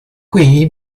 qui